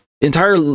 entire